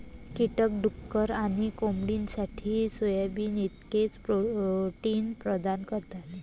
कीटक डुक्कर आणि कोंबडीसाठी सोयाबीन इतकेच प्रोटीन प्रदान करतात